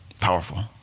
powerful